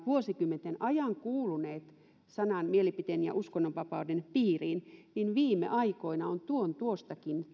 vuosikymmenten ajan kuuluneet sanan mielipiteen ja uskonnonvapauden piiriin on viime aikoina tuon tuostakin